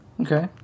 Okay